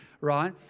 right